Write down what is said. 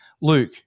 Luke